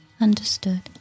Understood